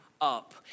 up